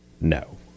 no